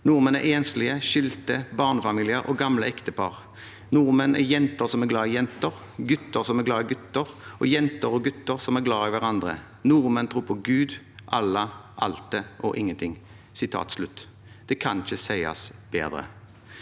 Nordmenn er enslige, skilte, barnefamilier og gamle ektepar. Nordmenn er jenter som er glad i jenter, gutter som er glad i gutter, og jenter og gutter som er glad i hverandre. Nordmenn tror på Gud, Allah, Altet og Ingenting.» Det kan ikke sies bedre.